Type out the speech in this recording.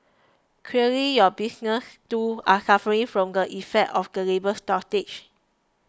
clearly your businesses too are suffering from the effects of the labours shortage